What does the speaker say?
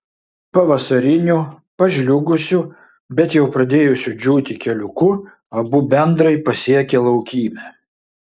pavasariniu pažliugusiu bet jau pradėjusiu džiūti keliuku abu bendrai pasiekė laukymę